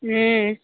हूँ